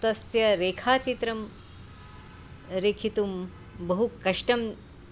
तस्य रेखाचित्रं रेखितुं बहु कष्टं